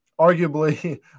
arguably